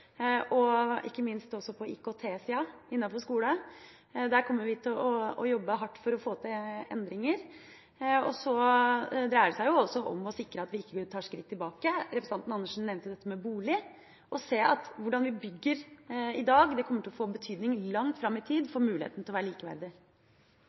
framover, ikke minst på IKT-sida innenfor skole. Der kommer vi til å jobbe hardt for å få til endringer. Så dreier det seg også om å sikre at vi ikke tar skritt tilbake. Representanten Andersen nevnte dette med bolig – vi må se at hvordan vi bygger i dag, kommer til å få betydning langt fram i tid